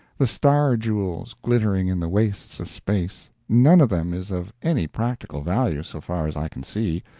the star-jewels glittering in the wastes of space none of them is of any practical value, so far as i can see,